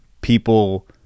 people